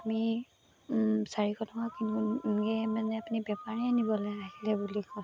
আমি চাৰিশ টকা কিনি নিয়ে মানে আপুনি বেপাৰীয়ে নিবলৈ আহিলে বুলি কওঁ